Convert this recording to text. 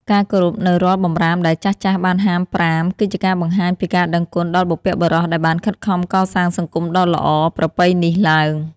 ការគោរពនូវរាល់បម្រាមដែលចាស់ៗបានហាមប្រាមគឺជាការបង្ហាញពីការដឹងគុណដល់បុព្វបុរសដែលបានខិតខំកសាងសង្គមដ៏ល្អប្រពៃនេះឡើង។